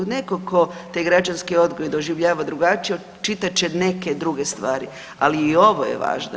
Netko tko taj građanski odgoj doživljava drugačije očitat će neke druge stvari, ali i ovo je važno.